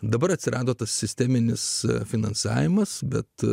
dabar atsirado tas sisteminis finansavimas bet